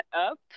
up